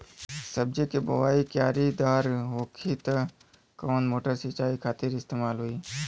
सब्जी के बोवाई क्यारी दार होखि त कवन मोटर सिंचाई खातिर इस्तेमाल होई?